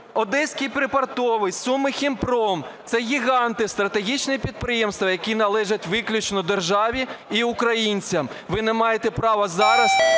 Одеський припортовий, Сумихімпром? Це гіганти, стратегічні підприємства, які належать виключно державі і українцям. Ви не маєте права зараз,